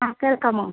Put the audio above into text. ആ കേൾക്കാമോ